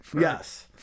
Yes